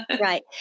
Right